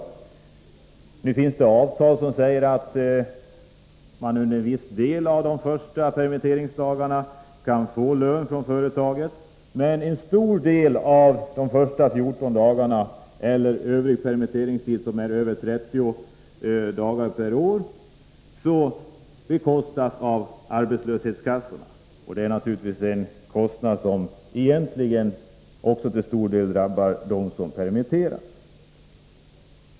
Det finns visserligen avtal som föreskriver att man under en viss del av de första permitteringsdagarna kan få lön från företaget, men en stor del av lönen för de första 14 dagarna eller övrig permitteringstid som uppgår tillöver 30 dagar per år bekostas av arbetslöshetskassorna. Det är naturligtvis en kostnad som egentligen till stor del drabbar också dem som permitteras.